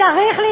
צריך,